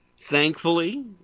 thankfully